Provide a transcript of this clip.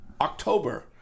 October